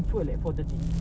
betul lah